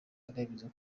aremeza